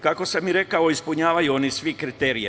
Kako sam rekao, ispunjavaju oni svi kriterijume.